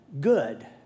good